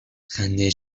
خنده